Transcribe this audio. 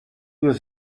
was